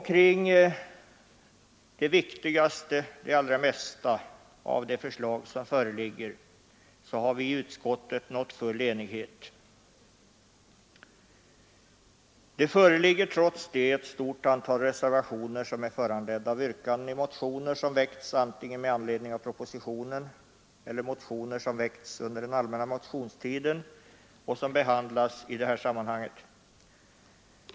Kring det allra mesta i de föreliggande förslagen har vi i utskottet nått full enighet. Trots det finns ett stort antal reservationer, föranledda av yrkanden i motioner, som väckts antingen med anledning av propositionen eller som väckts under den allmänna motionstiden och som nu behandlas.